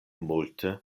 multe